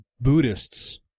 Buddhists